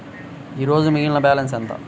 ఈరోజు మిగిలిన బ్యాలెన్స్ ఎంత?